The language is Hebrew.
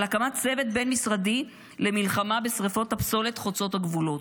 הקמת צוות בין-משרדי למלחמה בשרפות הפסולת חוצות הגבולות.